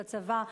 בצבא.